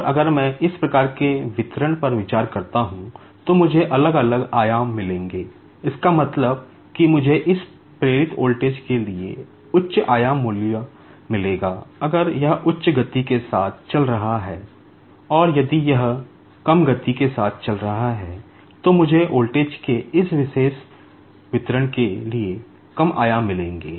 और अगर मैं इस प्रकार के वितरण पर विचार करता हूं तो मुझे अलग अलग आयाम मिलेंगे इसका मतलब है कि मुझे इस प्रेरित वोल्टेज के लिए उच्च आयाम मूल्य मिलेगा अगर यह उच्च गति के साथ चल रहा है और यदि यह कम गति के साथ चल रहा है तो मुझे वोल्टेज के इस विशेष वितरण के लिए कम आयाम मिलेंगे